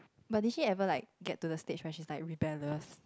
but did she ever like get to the stage when she like rebellious